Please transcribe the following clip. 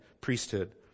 priesthood